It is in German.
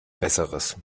besseres